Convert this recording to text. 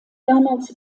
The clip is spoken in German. damals